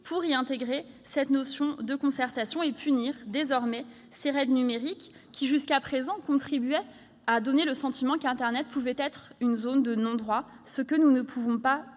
pour y intégrer cette notion de concertation et punir désormais ces raids numériques qui, jusqu'à présent, contribuaient à donner le sentiment qu'Internet pouvait être une zone de non-droit, ce que nous ne pouvons pas